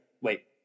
wait